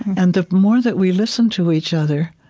and the more that we listen to each other,